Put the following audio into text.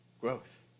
Growth